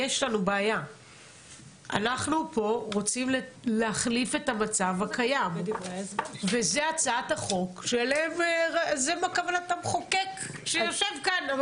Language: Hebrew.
אנחנו כאן רוצים להחליף את המצב הקיים וזאת כוונת המחוקק שיושב כאן.